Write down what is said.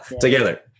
together